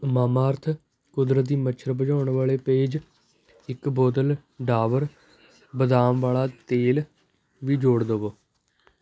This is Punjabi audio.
ਮਮਾਅਰਥ ਕੁਦਰਤੀ ਮੱਛਰ ਭਜਾਉਣ ਵਾਲੇ ਪੇਜ ਇੱਕ ਬੋਤਲ ਡਾਬਰ ਬਦਾਮ ਵਾਲਾ ਤੇਲ ਵੀ ਜੋੜ ਦੇਵੋ